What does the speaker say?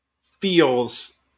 feels